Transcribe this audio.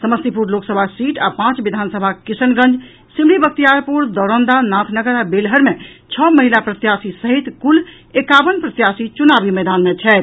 Samastipur Lok Sabha seat आ पांच विधानसभा किशनगंज सिमरी बख्तियारपुर दरौंदा नाथनगर आ बेलहर मे छओ महिला प्रत्याशी सहित कुल एकावन प्रत्याशी चुनाव मैदान मे छथि